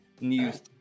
news